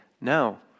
No